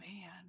man